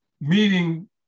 meeting